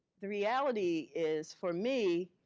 the reality is for me,